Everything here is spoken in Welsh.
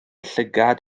llygad